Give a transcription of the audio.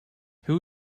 who